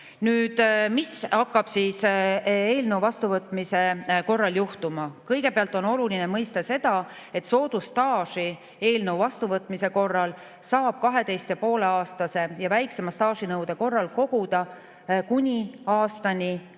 Mis hakkab eelnõu vastuvõtmise korral juhtuma? Kõigepealt on oluline mõista seda, et soodusstaaži saab eelnõu vastuvõtmise korral 12,5‑aastase ja väiksema staaži nõude korral koguda kuni aastani 2031